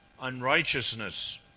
unrighteousness